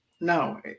No